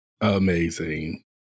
Amazing